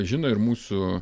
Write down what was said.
žino ir mūsų